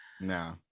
no